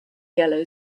yellow